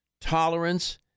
tolerance